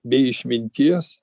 bei išminties